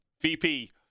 VP